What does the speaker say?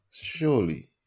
Surely